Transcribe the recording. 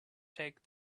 take